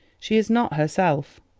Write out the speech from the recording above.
she is not herself.